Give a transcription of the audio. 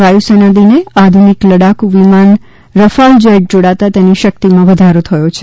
વાયુસેના દિને આધુનિક લડાખુ વિમાન રફાલ જેટ જોડાતા તેની શક્તિમાં વધારો થયો છે